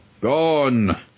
gone